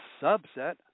subset